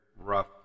rough